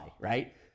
right